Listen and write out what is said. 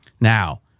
Now